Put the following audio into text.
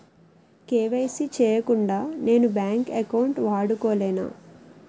KYC చేయకుండా నేను bank account వాడుకొలేన?